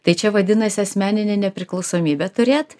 tai čia vadinasi asmeninę nepriklausomybę turėt